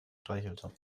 streichelte